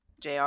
Jr